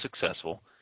successful